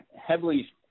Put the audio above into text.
heavily